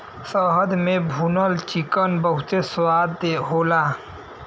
शहद में भुनल चिकन बहुते स्वाद होला